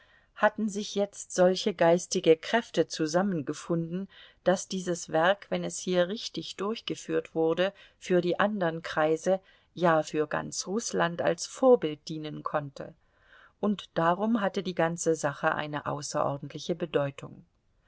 hatten sich jetzt solche geistige kräfte zusammengefunden daß dieses werk wenn es hier richtig durchgeführt wurde für die andern kreise ja für ganz rußland als vorbild dienen konnte und darum hatte die ganze sache eine außerordentliche bedeutung